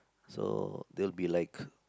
so they'll be like